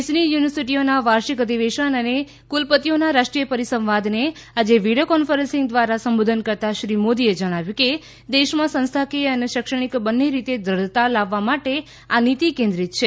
દેશની યુનિવર્સિટીઓના વાર્ષિક અધિવેશન અને કુલપતિઓના રાષ્ટ્રીય પરિસંવાદને આજે વીડિયો કોન્ફરન્સિંગ દ્વારા સંબોધન કરતાં શ્રી મોદીએ જણાવ્યું કે દેશમાં સંસ્થાકીય અને શૈક્ષણિક બંને રીતે ક્રઢતા લાવવા માટે આ નીતિ કેન્દ્રિત છે